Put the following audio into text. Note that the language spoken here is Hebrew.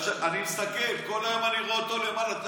אני מסתכל, כל היום אני רואה אותו למעלה.